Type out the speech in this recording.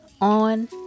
on